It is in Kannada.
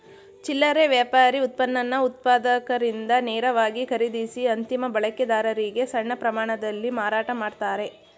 ಚಿಲ್ಲರೆ ವ್ಯಾಪಾರಿ ಉತ್ಪನ್ನನ ಉತ್ಪಾದಕರಿಂದ ನೇರವಾಗಿ ಖರೀದಿಸಿ ಅಂತಿಮ ಬಳಕೆದಾರರಿಗೆ ಸಣ್ಣ ಪ್ರಮಾಣದಲ್ಲಿ ಮಾರಾಟ ಮಾಡ್ತಾರೆ